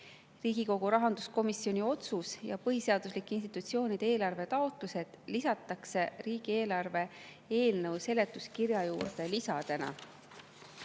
Riigikogu rahanduskomisjoni otsus ja põhiseaduslike institutsioonide eelarvetaotlused lisatakse riigieelarve eelnõu seletuskirja juurde